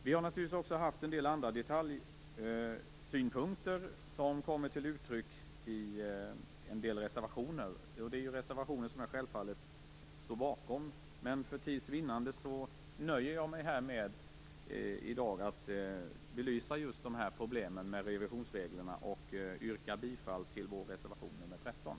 Vi har naturligtvis även haft en del andra detaljsynpunkter som kommer till uttryck i en del reservationer, och det är ju reservationer som jag självfallet står bakom, men för tids vinnande nöjer jag mig i dag med att belysa just dessa problem med revisionsreglerna och yrkar bifall till vår reservation 13.